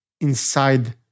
inside